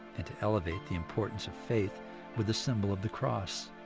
and to elevate the importance of faith with the symbol of the cross.